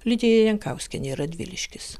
lidija jankauskienė radviliškis